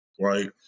right